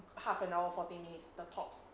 half an hour forty minutes the top